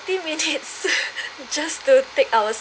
thirty minutes just to take out